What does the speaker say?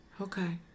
Okay